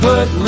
Put